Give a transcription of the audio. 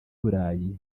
burayi